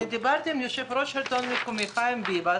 דיברתי עם יו"ר השלטון המקומי חיים ביבס.